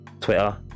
Twitter